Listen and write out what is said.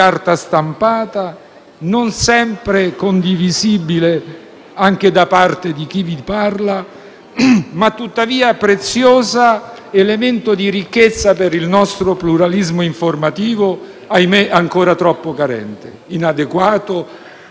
anche da parte di chi vi parla, ma tuttavia preziosa ed elemento di ricchezza per il nostro pluralismo informativo, ahimè ancora troppo carente, inadeguato rispetto alle attese dei cittadini. Ci associamo perciò